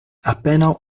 apenaŭ